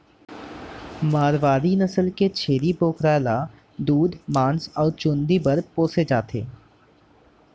मारवारी नसल के छेरी बोकरा ल दूद, मांस अउ चूंदी बर पोसे जाथे